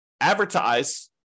advertise